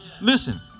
Listen